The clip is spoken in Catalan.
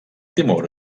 timor